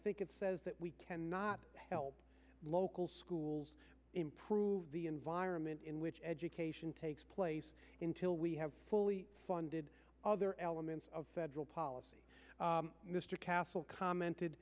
think it says that we cannot help local schools improve the environment in which education takes place in till we have fully funded other elements of federal policy mr castle commented